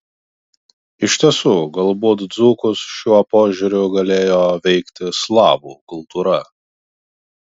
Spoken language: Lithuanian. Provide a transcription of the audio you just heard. iš tiesų galbūt dzūkus šiuo požiūriu galėjo veikti slavų kultūra